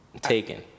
taken